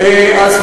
אתם אשמים,